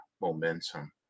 momentum